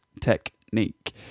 technique